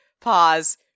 pause